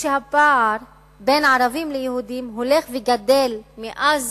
כשהפער בין ערבים ליהודים הולך וגדל מאז